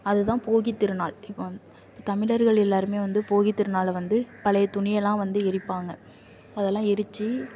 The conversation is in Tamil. அதுதான் போகித்திருநாள் இப்போ வந்து தமிழர்கள் எல்லாருமே வந்து போகித்திருநாளை வந்து பழைய துணியெல்லாம் வந்து எரிப்பாங்க அதெல்லாம் எரிச்சு